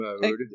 mode